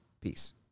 Peace